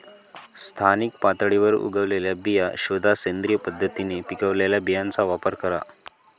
स्थानिक पातळीवर उगवलेल्या बिया शोधा, सेंद्रिय पद्धतीने पिकवलेल्या बियांचा वापर करा